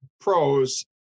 pros